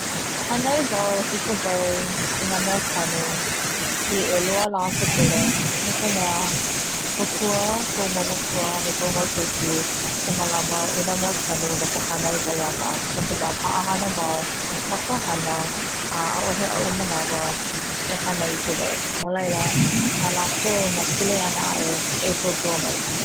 Hanai wau i ka wai i na mea kanu ʻelua lā o ka pule, no ka mea kōkua koʻu mau makua me koʻu mau keiki e malama i na mea kanu no ka hanai wai ana no ka mea paʻahana wau ma ka hana, ʻaʻohe aʻu manawa e hanai i ka wai no laila na lakou nā kuleana e hanai i ka wai